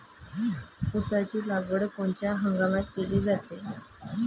ऊसाची लागवड कोनच्या हंगामात केली जाते?